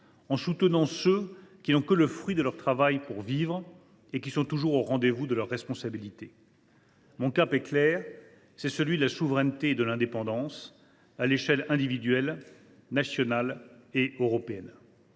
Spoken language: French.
en soutenant ceux qui n’ont que le fruit de leur travail pour vivre et qui sont toujours au rendez vous de leurs responsabilités. « Mon cap est clair, c’est celui de la souveraineté et de l’indépendance, à l’échelle individuelle, nationale et européenne.